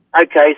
Okay